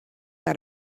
let